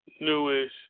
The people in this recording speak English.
newest